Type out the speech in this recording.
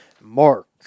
Mark